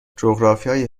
جغرافیای